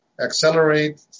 accelerate